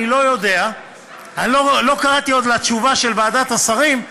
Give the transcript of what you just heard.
לא קראתי עוד את התשובה של ועדת השרים,